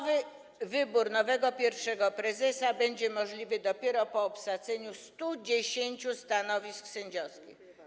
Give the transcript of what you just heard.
Wybór nowego pierwszego prezesa będzie możliwy dopiero po obsadzeniu 110 stanowisk sędziowskich.